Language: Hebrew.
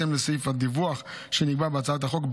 בהתאם לסעיף הדיווח שנקבע בהצעת החוק,